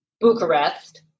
Bucharest